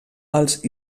els